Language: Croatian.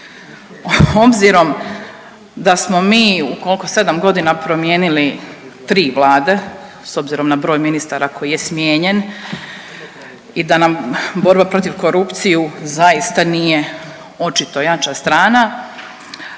Obzirom da smo mi u kolko, sedam godina promijenili tri vlade s obzirom na broj ministara koji je smijenjen i da nam borba protiv korupcije zaista nije očito jača strana,